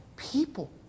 people